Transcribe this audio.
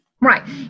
Right